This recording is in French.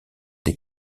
des